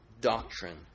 doctrine